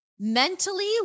mentally